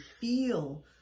feel